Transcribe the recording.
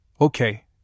Okay